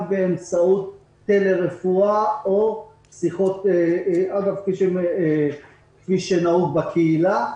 באמצעות טלרפואה כפי שנהוג בקהילה.